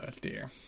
dear